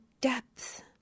depth